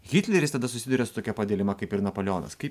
hitleris tada susiduria su tokia pat dilema kaip ir napoleonas kaip